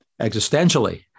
existentially